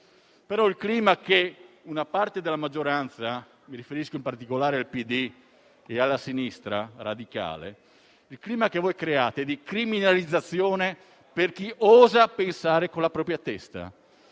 però il clima che una parte della maggioranza (mi riferisco, in particolare, al PD e alla sinistra radicale) ha creato è di criminalizzazione per chi osa pensare con la propria testa.